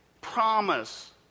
Promise